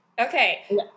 Okay